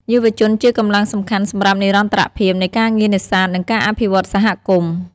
យុវជនជាកម្លាំងសំខាន់សម្រាប់និរន្តរភាពនៃការងារនេសាទ និងការអភិវឌ្ឍន៍សហគមន៍។